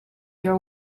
your